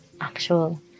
actual